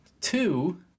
two